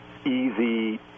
easy